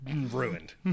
ruined